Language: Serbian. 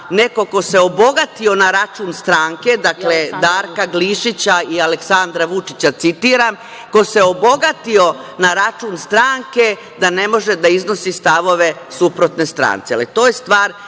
neko ko se obogatio na račun stranke, dakle Darka Glišića i Aleksandra Vučića citiram - ko se obogatio na račun stranke ne može da iznosi stavove suprotne stranci.